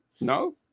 No